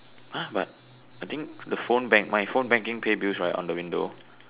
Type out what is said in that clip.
!huh! but I think the phone bank my phone banking pay bills right on the window